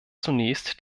zunächst